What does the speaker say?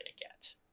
get